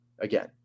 Again